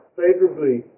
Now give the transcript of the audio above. favorably